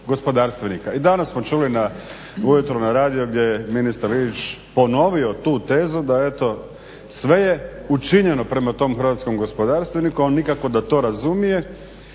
I danas smo čuli ujutro na radiju gdje je ministar Linić ponovio tu tezu da eto sve je učinjeno prema tom hrvatskom gospodarstveniku, ali nikako da to razumije